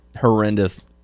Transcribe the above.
horrendous